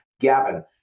gavin